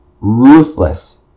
ruthless